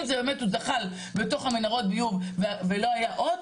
אם באמת הוא זחל בתוך מנהרות הביוב ולא היה אות,